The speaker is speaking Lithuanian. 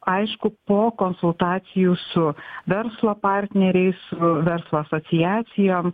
aišku po konsultacijų su verslo partneriais su verslo asociacijom